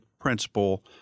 principle